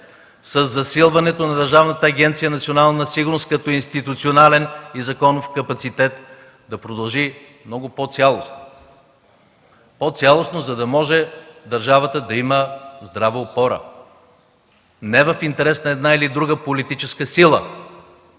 със засилването на Държавната агенция „Национална сигурност” като институционален и законов капацитет, да продължи много по-цялостно. По-цялостно, за да може държавата да има здрава опора, не в интерес на една или друга политическа сила,